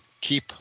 keep